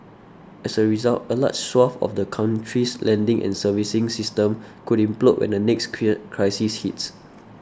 as a result a large swathe of the country's lending and servicing system could implode when the next clear crisis hits